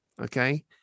Okay